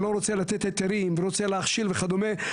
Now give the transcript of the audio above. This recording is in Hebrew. שלא רוצה לתת היתרים ורוצה להכשיל וכדומה,